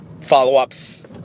follow-ups